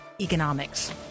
Economics